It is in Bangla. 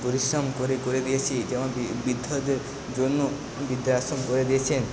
পরিশ্রম করে করে দিয়েছে যেমন বি বৃদ্ধদের জন্য বৃদ্ধাশ্রম করে দিয়েছেন